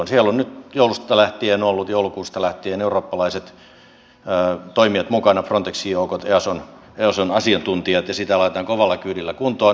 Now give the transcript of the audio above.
siellä ovat nyt joulusta lähtien olleet joulukuusta lähtien eurooppalaiset toimijat mukana frontexin joukot eason asiantuntijat ja sitä laitetaan kovalla kyydillä kuntoon